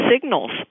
signals